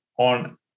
on